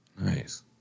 Nice